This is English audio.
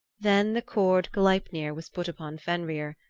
then the cord gleipnir was put upon fenrir.